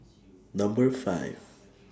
Number five